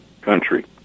country